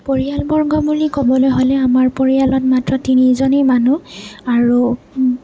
পৰিয়ালবৰ্গ বুলি ক'বলৈ হ'লে আমাৰ পৰিয়ালত মাত্ৰ তিনিজনেই মানুহ আৰু